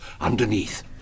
underneath